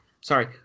Sorry